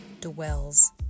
dwells